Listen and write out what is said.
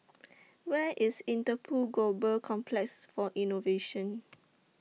Where IS Interpol Global Complex For Innovation